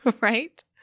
Right